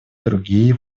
другие